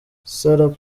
sarah